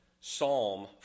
Psalm